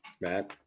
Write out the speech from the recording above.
Matt